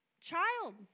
child